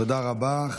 תודה רבה.